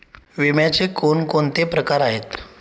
विम्याचे कोणकोणते प्रकार आहेत?